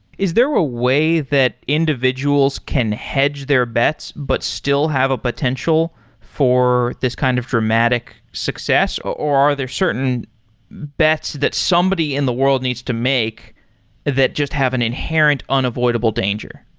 is there a way that individuals can hedge their bets but still have a potential for this kind of dramatic success, or are there certain benefits that somebody in the world needs to make that just have an inherent, unavoidable danger?